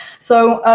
so